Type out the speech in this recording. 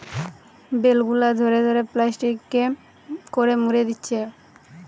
bell গুলা ধরে ধরে প্লাস্টিকে করে মুড়ে দিচ্ছে